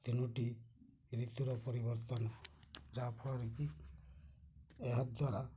ତିନୋଟି ଋତୁର ପରିବର୍ତ୍ତନ ଯାହାଫଳରେ କି ଏହାଦ୍ୱାରା